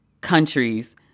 countries